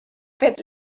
fet